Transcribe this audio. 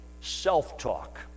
self-talk